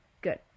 good